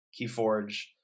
Keyforge